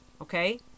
okay